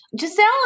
Giselle